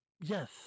Yes